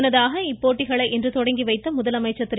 முன்னதாக இந்த போட்டிகளை இன்று தொடங்கி வைத்த முதலமைச்சர் திரு